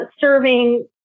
serving